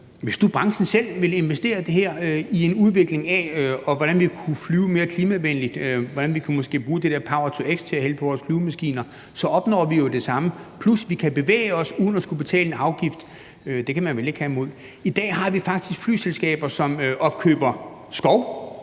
Hvis nu branchen selv vil investere i det her for at udvikle, hvordan vi kunne flyve mere klimavenligt, og hvordan vi måske kunne bruge det der power-to-x til at hælde på vores flyvemaskiner, så opnår vi det samme, plus at vi kan bevæge os uden at skulle betale en afgift. Det kan man vel ikke have noget imod. I dag har vi faktisk flyselskaber, som opkøber skov